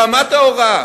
רמת ההוראה,